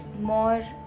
more